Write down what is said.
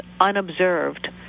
unobserved